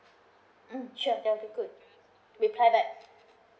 mm sure that will be good mm reply back